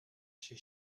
się